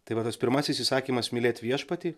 tai va tas pirmasis įsakymas mylėt viešpatį